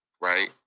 Right